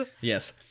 Yes